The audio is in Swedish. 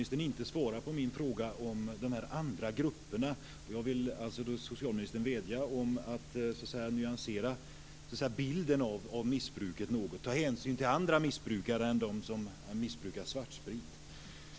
Fru talman! Jag måste konstatera att socialministern inte svarade på min fråga om de andra grupperna.